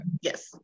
yes